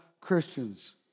Christians